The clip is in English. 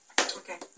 Okay